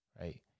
right